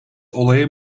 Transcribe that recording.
olaya